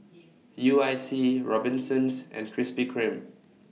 U I C Robinsons and Krispy Kreme